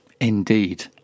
Indeed